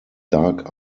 dark